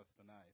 tonight